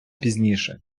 пізніше